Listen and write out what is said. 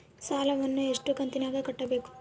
ಸಾಲವನ್ನ ಎಷ್ಟು ಕಂತಿನಾಗ ಕಟ್ಟಬೇಕು?